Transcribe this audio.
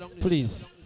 please